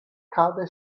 cade